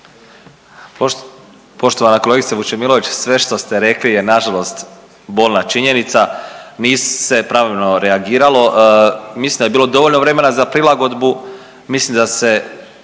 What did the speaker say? Poštovana kolegice Vučemilović sve što ste rekli je nažalost bolna činjenica, nije se pravilo reagiralo. Mislim da je bilo dovoljno vremena za prilagodbu. Mislim da se